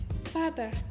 father